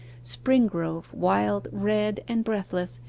springrove, wild, red, and breathless,